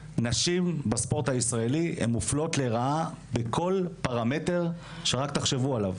נשים בספורט הישראלי הם מופלות לרעה בכל פרמטר שרק תחשבו עליו.